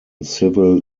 civil